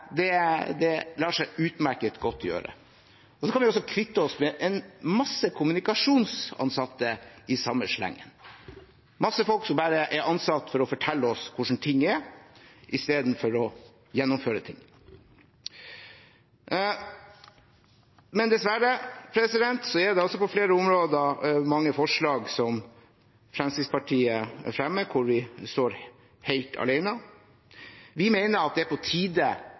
Det lar seg utmerket godt gjøre. Vi kan også kvitte oss med en masse kommunikasjonsansatte i samme slengen. Det er mange folk som bare er ansatt for å fortelle oss hvordan ting er, i stedet for å gjennomføre ting. Men dessverre er det på flere områder mange forslag Fremskrittspartiet fremmer, hvor vi står helt alene. Vi mener det er på tide